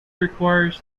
requires